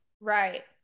Right